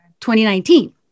2019